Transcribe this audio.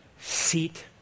seat